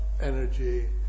energy